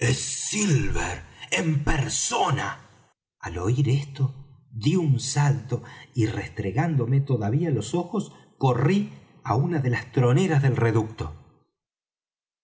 silver en persona al oir esto dí un salto y restregándome todavía los ojos corrí á una de las troneras del reducto